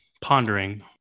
pondering